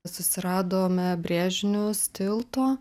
susiradome brėžinius tilto